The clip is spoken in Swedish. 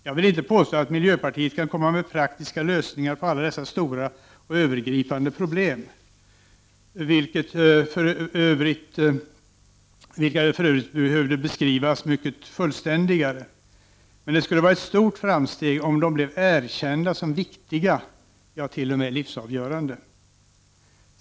Jag vill inte påstå att miljöpartiet kan komma med praktiska lösningar på alla dessa stora och övergripande problem, vilka för övrigt behövde beskrivas mycket fullständigare, men det skulle vara ett stort framsteg om de blev erkända som viktiga — ja, t.o.m. livsavgörande.